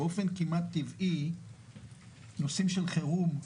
באופן כמעט טבעי נושאים של חירום,